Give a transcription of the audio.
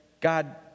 God